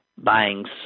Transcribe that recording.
buying